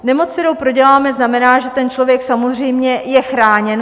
Nemoc, kterou proděláme, znamená, že ten člověk je samozřejmě chráněn.